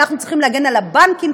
אנחנו צריכים להגן על הבנקים,